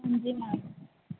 ਹਾਂਜੀ ਮੈਮ